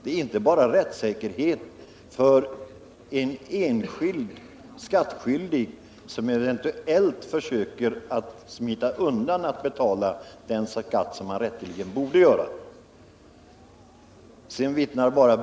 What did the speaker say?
Det är inte bara rättssäkerhet för en enskild skattskyldig som eventuellt försöker smita undan från den skatt som han rätteligen borde betala.